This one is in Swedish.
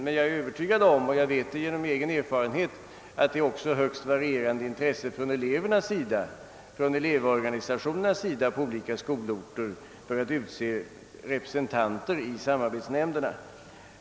Men jag vet av egen erfarenhet att även elevorganisationerna på olika skolorter visar varierande intresse för att utse representanter i samarbetsnämnderna.